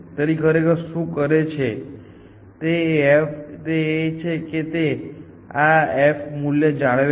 તેથી તે ખરેખર શું કરે છે તે એ છે કે તે આ f મૂલ્ય જાળવે છે